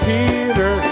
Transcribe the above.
Peter